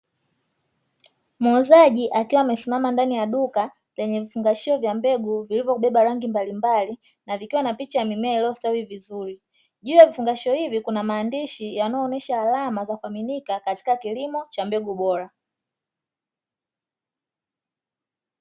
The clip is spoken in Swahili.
Muuzaji akiwa amesimama ndani ya duka lenye vifungashio vya mbegu vilivyobeba rangi mbalimbali na vikiwa na picha ya mimea iliyostawi vizuri, juu ya vifungashio hivi kuna maandishi yanayoonyesha alama ya kuaminika katika kilimo cha mbegu bora.